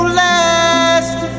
last